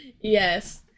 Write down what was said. Yes